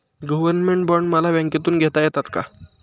Government bond मला बँकेमधून घेता येतात का?